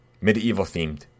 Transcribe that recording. medieval-themed